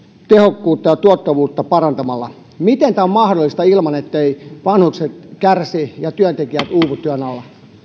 tehokkuutta ja tuottavuutta parantamalla miten tämä on mahdollista ilman etteivät vanhukset kärsi ja työntekijät uuvu työn alla